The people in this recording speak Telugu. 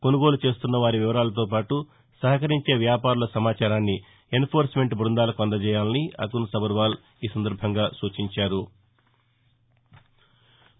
కొసుగోలు చేస్తుస్నవారి వివరాలతో పాటు సహకరించే వ్యాపారుల సమాచారాన్ని ఎన్ఫోర్స్మెంట్ బృందాలకు అందజేయాలని అకున్ సబర్వాల్ తెలిపారు